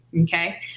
okay